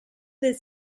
del